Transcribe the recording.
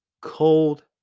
cold